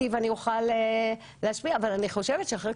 אני חושב שצריך